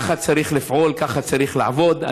ככה צריך לפעול, ככה צריך לעבוד.